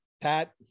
pat